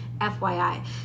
fyi